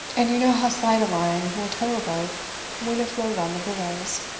and you know how slight a line will tow a boat when afloat on the billows,